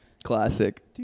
classic